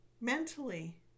mentally